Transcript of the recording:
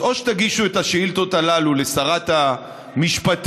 אז או שתגישו את השאילתות הללו לשרת המשפטים,